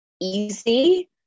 easy